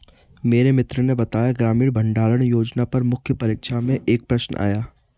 मेरे मित्र ने बताया ग्रामीण भंडारण योजना पर मुख्य परीक्षा में एक प्रश्न आया